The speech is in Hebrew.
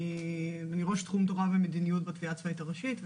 אני ראש תחום תורה ומדיניות בתביעה צבאית הראשית,